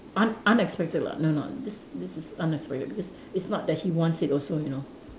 un~ unexpected lah no no this this is unexpected because it's not that he wants it also you know